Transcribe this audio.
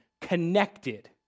connected